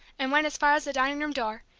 and went as far as the dining-room door,